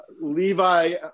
Levi